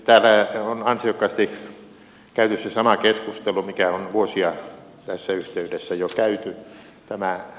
täällä on ansiokkaasti käyty se sama keskustelu mikä on jo vuosia tässä yhteydessä käyty